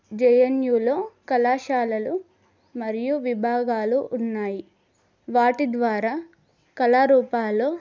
జే ఎన్ యూలో కళాశాలలు మరియు విభాగాలు ఉన్నాయి వాటి ద్వారా కళారూపాలు